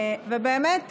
ובאמת,